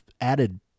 added